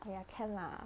!aiya! can lah